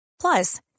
Plus